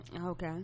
okay